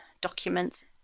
documents